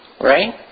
right